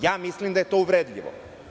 Ja mislim da je to uvredljivo.